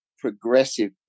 progressive